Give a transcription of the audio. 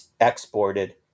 exported